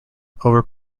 over